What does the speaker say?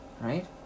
Right